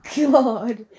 god